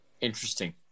Interesting